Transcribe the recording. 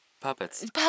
Puppets